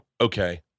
okay